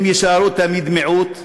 הם יישארו תמיד מיעוט,